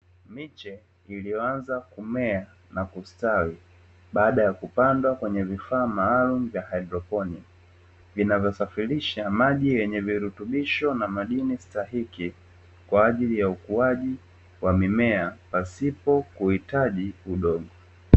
Miche iliyoanza kumea na kustawi baada ya kupandwa kwenye vifaa maalumu vya haidroponi, vinavyosafirisha maji yenye virutubisho na madini stahiki kwa ajili ya ukuaji wa mimea pasipo kuhitaji udongo.